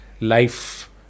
life